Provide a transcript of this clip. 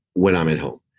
when i'm at home.